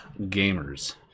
Gamers